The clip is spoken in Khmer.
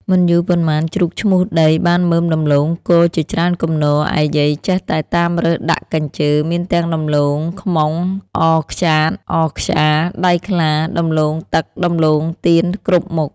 មិនយូរប៉ុន្មានជ្រូកឈ្មូសដីបានមើមដំំឡូងគរជាច្រើនគំនរ ឯយាយចេះតែតាមរើសដាក់កព្ជើាមានទាំងដំឡូងខ្មុង អខ្យាត អខ្យា ដៃខ្លា ដំឡូងទឹក ដំឡូងទានគ្រប់មុខ